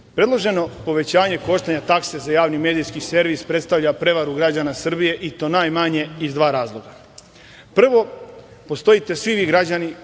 Predloženo povećanje koštanja takse za javni medijski servis predstavlja prevaru građana Srbije, i to najmanje iz dva razloga. Prvo, postojite svi vi građani